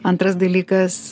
antras dalykas